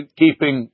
keeping